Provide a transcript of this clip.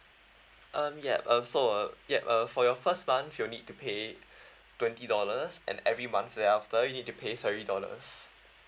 um ya so uh yup uh for your first month you need to pay twenty dollars and every month there after you need to pay thirty dollars